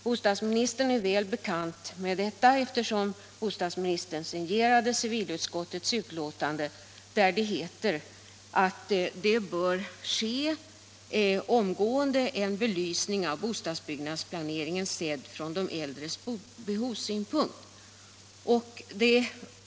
Bostadsministern är väl bekant med detta, eftersom hon signerade civilutskottets betänkande, där det heter att det omgående bör ske en belysning av bostadsbyggnadsplaneringen sedd från den synpunkt som gäller de äldres behov.